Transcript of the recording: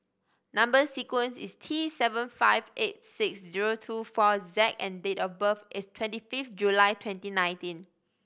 number sequence is T seven five eight six zero two four Z and date of birth is twenty fifth July twenty nineteen